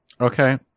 Okay